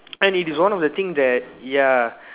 and it is one of the thing that ya